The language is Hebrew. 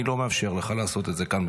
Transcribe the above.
אני לא מאפשר לך לעשות את זה כאן,